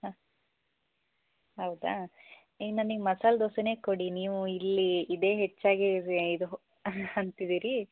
ಹಾಂ ಹೌದಾ ನೀವು ನನಗೆ ಮಸಾಲೆ ದೋಸೆನೇ ಕೊಡಿ ನೀವು ಇಲ್ಲಿ ಇದೇ ಹೆಚ್ಚಾಗಿ ಇದು ಅಂತಿದ್ದೀರಿ